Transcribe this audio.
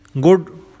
good